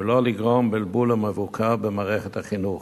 ולא לגרום בלבול ומבוכה במערכת החינוך,